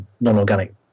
non-organic